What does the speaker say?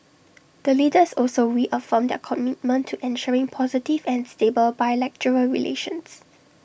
the leaders also reaffirmed their commitment to ensuring positive and stable bilateral relations